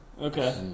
Okay